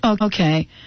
Okay